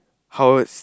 how is